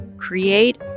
create